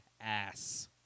ass